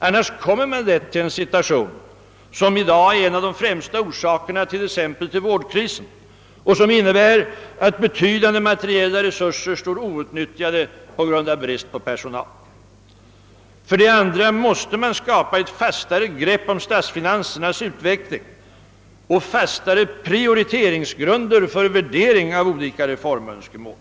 Annars kommer man lätt till en situation, som i dag är en av de främsta orsakerna t.ex. till vårdkrisen och som innebär att betydande materiella resurser står outnyttjade på grund av brist på personal. För det andra måste man skapa ett fastare grepp om statsfinansernas:' utveckling och fastare prioriteringsgrunder för värdering av olika reformönskemål.